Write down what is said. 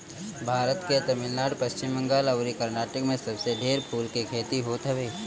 भारत के तमिलनाडु, पश्चिम बंगाल अउरी कर्नाटक में सबसे ढेर फूल के खेती होत हवे